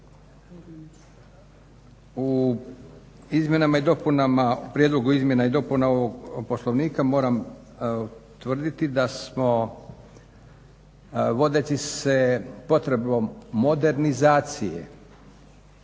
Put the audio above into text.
stajalište. U prijedlogu izmjena i dopuna ovog Poslovnika moram utvrditi da smo vodeći se potrebom modernizacije